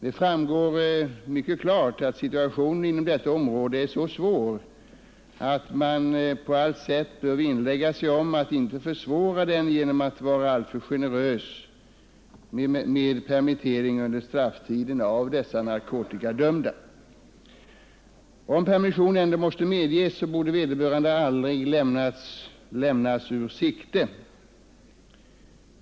Det framgår mycket klart att situationen inom detta område är så svår att man på allt sätt bör vinnlägga sig om att inte försvåra den genom att vara alltför generös med permittering under strafftiden av narkotikadömda. Om permission ändå måste medges, borde vederbörande aldrig lämnas ur sikte.